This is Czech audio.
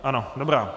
Ano, dobrá.